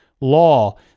law